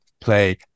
play